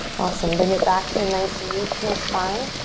awesome. bring it back to a nice neutral spine.